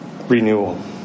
renewal